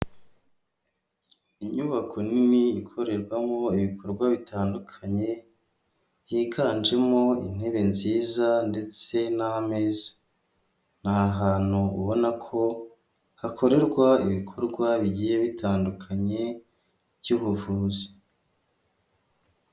Inyubako nini ikorerwamo ibikorwa bitandukanye, higanjemo intebe nziza ndetse n'ameza. Ni ahantu ubona ko hakorerwa ibikorwa bigiye bitandukanye by'ubuvuzi.